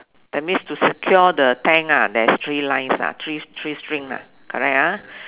that means to secure the tank ah there is three lines ah three three strings lah correct ah